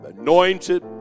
anointed